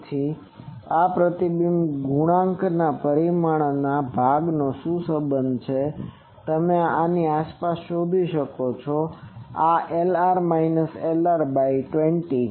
તેથી આ પ્રતિબિંબ ગુણાંકના પરિમાણ ભાગનો શું સંબંધ છે આ તમે આસાનીથી શોધી શકો છો કે આ Lr માઈનસ Lr બાય 20